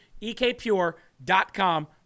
EKPure.com